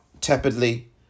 tepidly